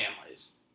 families